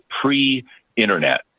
pre-internet